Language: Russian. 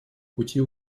пути